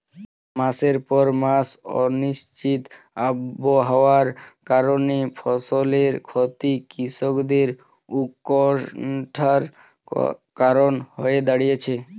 মাসের পর মাস অনিশ্চিত আবহাওয়ার কারণে ফসলের ক্ষতি কৃষকদের উৎকন্ঠার কারণ হয়ে দাঁড়িয়েছে